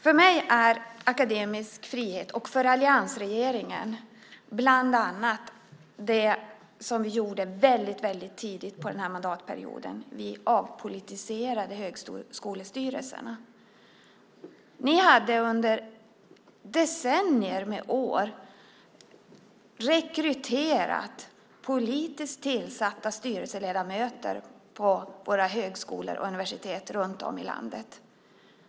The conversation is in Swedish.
För mig och alliansregeringen är akademisk frihet bland annat det som vi gjorde väldigt tidigt under denna mandatperiod, nämligen att vi avpolitiserade högskolestyrelserna. Ni hade under decennier gjort politiska rekryteringar av styrelseledamöter till våra högskolor och universitet runt om i landet.